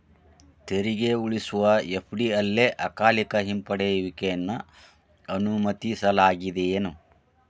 ತೆರಿಗೆ ಉಳಿಸುವ ಎಫ.ಡಿ ಅಲ್ಲೆ ಅಕಾಲಿಕ ಹಿಂಪಡೆಯುವಿಕೆಯನ್ನ ಅನುಮತಿಸಲಾಗೇದೆನು?